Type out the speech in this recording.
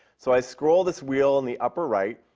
so, i scroll this wheel in the upper right,